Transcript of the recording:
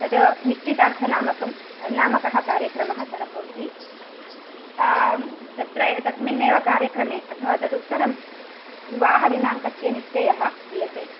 तद् निश्चितार्थनामकं नामकः कार्यक्रमः सः भवति तत्र तस्मिन्नेव कार्यक्रमे अथवा तदुत्तरं विवाहदिनाङ्कस्य निश्चयः क्रियते